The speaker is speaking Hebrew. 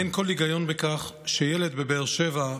אין כל היגיון בכך שילד בבאר שבע,